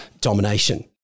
domination